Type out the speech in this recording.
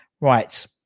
Right